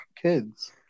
kids